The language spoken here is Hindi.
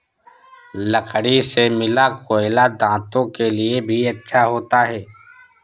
लकड़ी से मिला कोयला दांतों के लिए भी अच्छा होता है